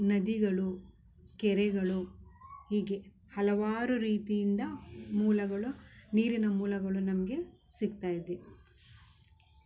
ನದಿಗಳು ಕೆರೆಗಳು ಹೀಗೆ ಹಲವಾರು ರೀತಿಯಿಂದ ಮೂಲಗಳು ನೀರಿನ ಮೂಲಗಳು ನಮಗೆ ಸಿಗ್ತಾ ಇದೆ